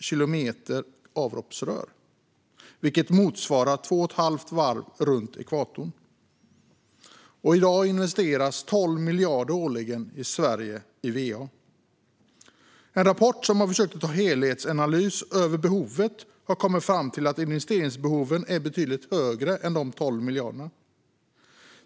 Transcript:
kilometer avloppsrör, vilket motsvarar två och ett halvt varv runt ekvatorn. I dag investeras i Sverige 12 miljarder årligen i va. I en rapport där man har försökt göra en helhetsanalys av behoven har man kommit fram till att investeringsbehoven är betydligt större än de 12 miljarderna.